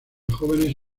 jóvenes